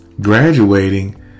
graduating